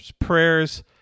prayers